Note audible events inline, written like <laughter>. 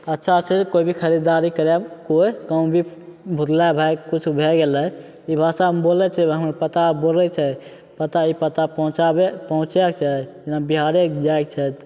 अच्छा से कोइ भी खरीदारी करैमे कोइ <unintelligible> किछु भए गेलै ई भाषामे बोलै छै हम पता बोलै छै पता ई पता पहुँचाबै पहुँचे से जेना बिहारे जायके छै